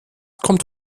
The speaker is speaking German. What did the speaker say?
kommt